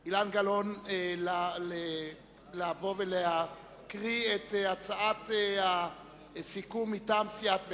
מרצ אילן גלאון לבוא ולהקריא את הצעת סיכום מטעם סיעת מרצ.